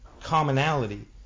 commonality